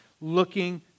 looking